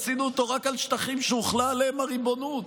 עשינו אותו רק על שטחים שהוחלה עליהם הריבונות.